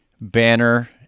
banner